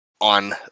on